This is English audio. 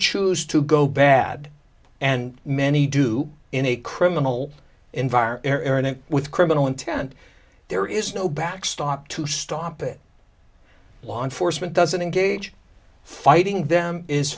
choose to go bad and many do in a criminal environment with criminal intent there is no backstop to stop it law enforcement doesn't engage fighting them is